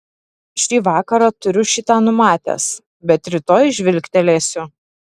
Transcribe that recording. šį vakarą turiu šį tą numatęs bet rytoj žvilgtelėsiu